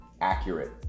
accurate